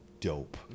dope